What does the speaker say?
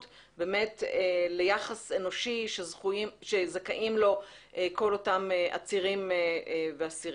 ליחס אנושי שזכאים לו כל אותם עצירים ואסירים.